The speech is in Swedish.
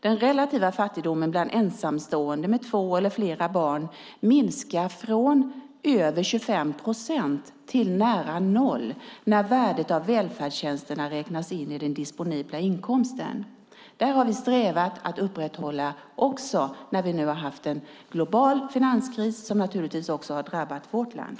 Den relativa fattigdomen bland ensamstående med två eller flera barn minskar från över 25 procent till nära noll när värdet av välfärdstjänsterna räknas in i den disponibla inkomsten. Det här har vi strävat efter att upprätthålla också när vi nu har haft en global finanskris som naturligtvis också har drabbat vårt land.